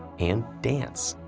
and dance,